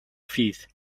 feet